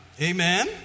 Amen